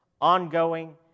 ongoing